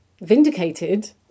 vindicated